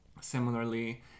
similarly